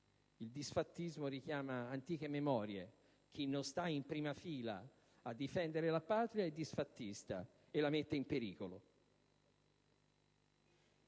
il disfattismo richiama antiche memorie: chi non sta in prima fila a difendere la Patria è disfattista e la mette in pericolo.